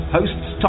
Hosts